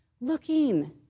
looking